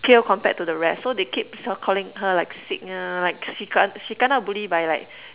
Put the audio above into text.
pale compared to the rest so they keep calling her like sick ah like she kena she kena Bully by like